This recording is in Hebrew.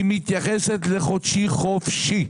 היא מתייחסת לחודשי חופשי.